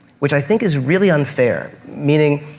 which i think is really unfair. meaning,